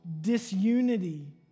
disunity